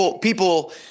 People